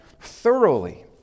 thoroughly